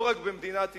לא רק במדינת ישראל,